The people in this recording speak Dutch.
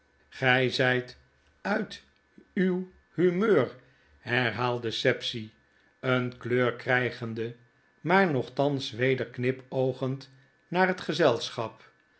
gy zyt uit uw humeur herhaalde sapsea een kleur krygende maar nochtans weder knipoogend naar het gezelschap